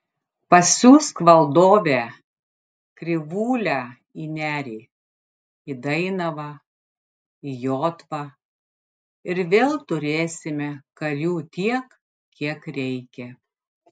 pasiųsk valdove krivūlę į nerį į dainavą į jotvą ir vėl turėsime karių tiek kiek reikia